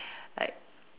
like